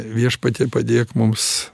viešpatie padėk mums